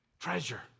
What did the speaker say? treasure